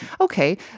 Okay